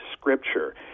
Scripture